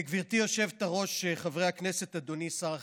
גברתי היושבת-ראש, חברי הכנסת, אדוני שר החינוך,